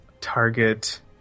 target